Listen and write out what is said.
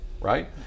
right